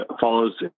follows